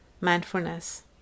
mindfulness